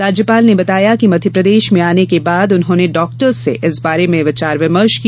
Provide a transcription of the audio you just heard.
राज्यपाल ने बताया कि मध्यप्रदेश में आने के बाद उन्होंने डॉक्टर्स से इस बारे में विचार विमर्श किया